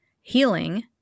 healing